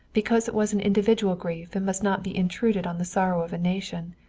because it was an individual grief and must not be intruded on the sorrow of a nation.